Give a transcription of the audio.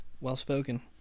Well-spoken